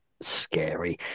scary